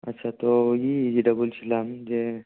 আচ্ছা তো ই যেটা বলছিলাম যে